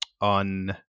on